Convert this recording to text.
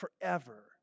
forever